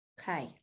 okay